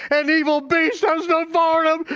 an evil beast has devoured him,